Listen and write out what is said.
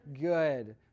good